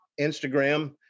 Instagram